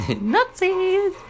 Nazis